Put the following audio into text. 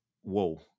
whoa